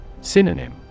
Synonym